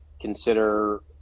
consider